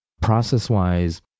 Process-wise